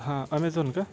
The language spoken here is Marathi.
हां अमेझॉन का